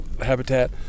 habitat